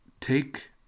take